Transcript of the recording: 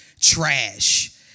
trash